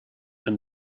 and